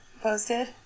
posted